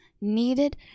needed